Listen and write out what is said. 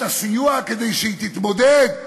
את הסיוע כדי שהיא תתמודד,